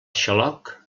xaloc